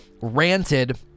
ranted